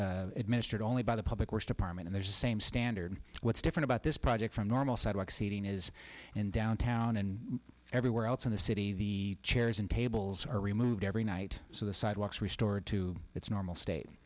dministered only by the public works department their same standard what's different about this project from normal sidewalk seating is in downtown and everywhere else in the city the chairs and tables are removed every night so the sidewalks restored to its normal state